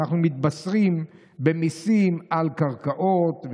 אנחנו מתבשרים על מיסים על קרקעות.